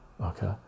okay